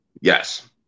yes